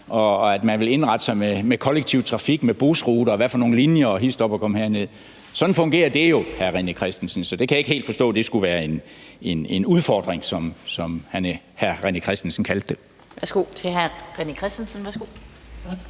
at man vil indrette sig med kollektiv trafik, med busruter og hvad for nogle linjer og hist op og kom her ned. Sådan fungerer det jo, vil jeg sige til hr. René Christensen. Så jeg kan ikke helt forstå, at det skulle være en udfordring, som hr. René Christensen kaldte det. Kl. 16:42 Den fg.